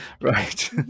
right